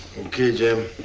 okay jim.